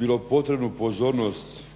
bilo potrebno pozornost skrenuti